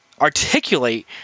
articulate